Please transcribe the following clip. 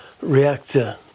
Reactor